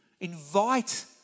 invite